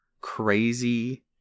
crazy